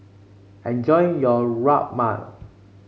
enjoy your Rajma